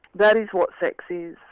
that is what sex is.